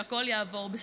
שהכול יעבור בסדר.